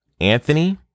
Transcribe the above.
Anthony